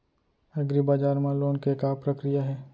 एग्रीबजार मा लोन के का प्रक्रिया हे?